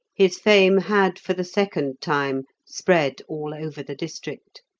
his fame had for the second time spread all over the district.